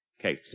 Okay